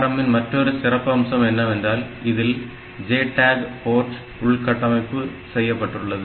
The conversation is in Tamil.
ARM இன் மற்றுமொரு சிறப்பம்சம் என்னவென்றால் இதில் JTAG போர்ட் உள்கட்டமைப்பு செய்யப்பட்டுள்ளது